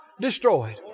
destroyed